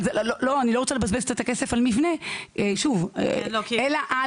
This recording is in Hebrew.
אבל אני לא רוצה לבזבז את הכסף על מבנה אלא על